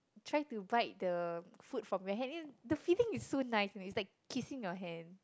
try to bite the food from my hand and the feeling is so nice and it's like kissing your hand